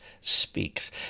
speaks